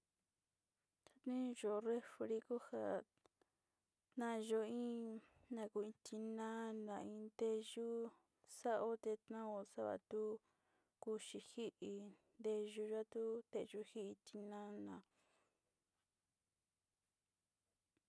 In kaa ja ntuviji in teyu kaanyo chi jatniñuyeo chi orre nu ini xe saa te ja ma tivi in nteyu yuka ntatnao